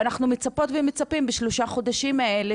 ואנחנו מצפות ומצפים שבשלושה החודשים האלה